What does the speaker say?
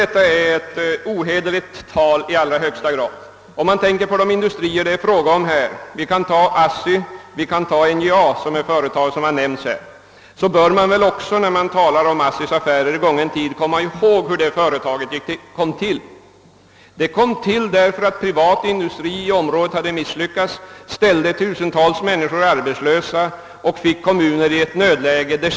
Jag tycker att detta är ett i allra högsta grad ohederligt tal. NJA och ASSI har i debatten nämnts som exempel på dåliga statliga företag. När man talar om ASSI:s affärer i gången tid, bör man komma ihåg hur det företaget kom till. Det kom till därför att den privata industrin i området hade misslyckats, ställt tusentals människor arbetslösa och försatt kommuner i nödläge.